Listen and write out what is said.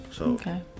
Okay